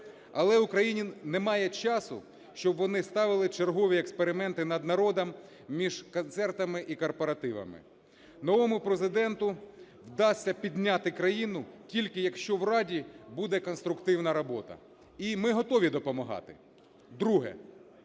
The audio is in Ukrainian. Але в України немає часу, щоб вони ставили чергові експерименти над народом між концертами і корпоративами. Новому Президенту вдасться підняти країну тільки, якщо в Раді буде конструктивна робота. І ми готові допомагати. Друге.